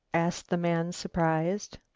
asked the man, surprised.